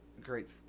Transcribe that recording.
great